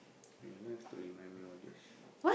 you don't have to remind me all these